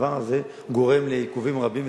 הדבר הזה גורם לעיכובים רבים,